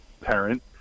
parent